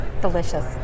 delicious